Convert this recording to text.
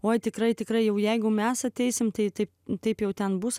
oi tikrai tikrai jau jeigu mes ateisime tai taip taip jau ten bus